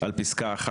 על פסקה (1).